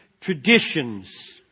traditions